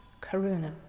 karuna